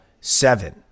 seven